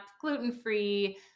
gluten-free